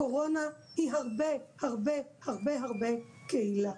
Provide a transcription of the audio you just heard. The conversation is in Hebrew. הקורונה היא הרבה הרבה הרבה קהילה.